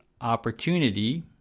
opportunity